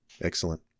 Excellent